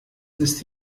ist